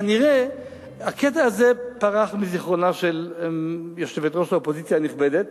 כנראה הקטע הזה פרח מזיכרונה של יושבת-ראש האופוזיציה הנכבדת,